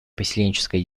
поселенческой